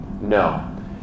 No